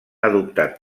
adoptat